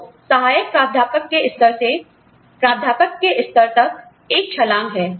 तो सहायक प्राध्यापक के स्तर से प्राध्यापक के स्तर तक एक छलांग है